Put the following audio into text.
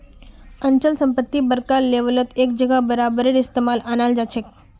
अचल संपत्ति बड़का लेवलत एक जगह बारबार इस्तेमालत अनाल जाछेक